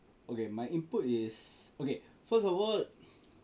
okay my input is okay first of all